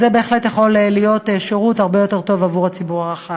זה בהחלט יכול להיות שירות הרבה יותר טוב עבור הציבור הרחב.